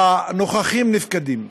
הנוכחים-נפקדים.